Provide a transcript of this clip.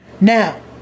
Now